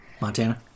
Montana